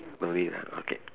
no need ah okay